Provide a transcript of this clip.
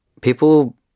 people